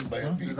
זה בעייתי.